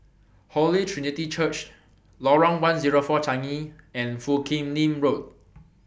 Holy Trinity Church Lorong one hundred and four Changi and Foo Kim Lin Road